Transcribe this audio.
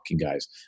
guys